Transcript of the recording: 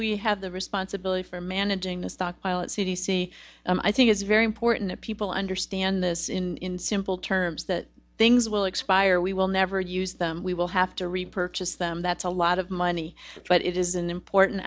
we have the responsibility for managing the stockpile at c d c i think it's very important that people understand this in simple terms that things will expire we will never use them we will have to repurchase them that's a lot of money but it is an important